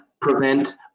prevent